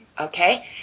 Okay